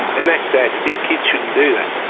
and that's sad to think. kids shouldn't do that.